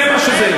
זה מה שזה.